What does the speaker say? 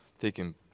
taking